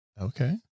Okay